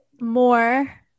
more